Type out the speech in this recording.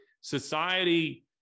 society